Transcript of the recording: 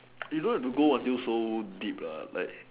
you don't have to go until so deep lah like